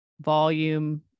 volume